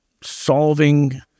solving